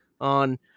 on